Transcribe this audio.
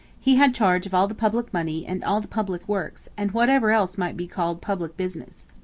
he had charge of all the public money and all the public works and whatever else might be called public business.